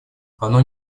оно